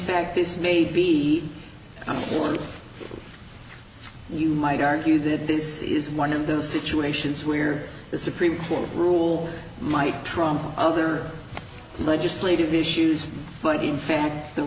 fact this may be i'm sure you might argue that this is one of those situations where the supreme court rule might trump other legislative issues but in fact the